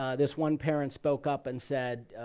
ah this one parent spoke up and said,